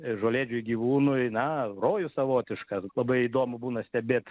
žolėdžių gyvūnų na rojus savotiškas labai įdomu būna stebėt